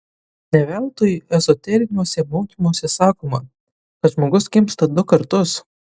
ne veltui ezoteriniuose mokymuose sakoma kad žmogus gimsta du kartus